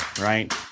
right